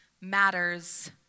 matters